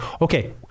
Okay